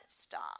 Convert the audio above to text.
stop